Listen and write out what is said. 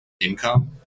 income